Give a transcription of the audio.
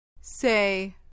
Say